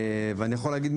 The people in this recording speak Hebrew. אני יכול להגיד,